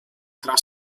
tra